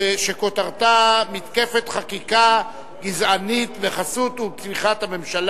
שכותרתה: מתקפת החקיקה הגזענית בחסות הממשלה ובתמיכתה.